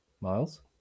Miles